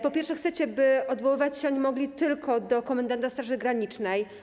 Po pierwsze, chcecie, by odwoływać się oni mogli tylko do komendanta Straży Granicznej.